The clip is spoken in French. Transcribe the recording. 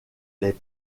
les